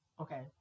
Okay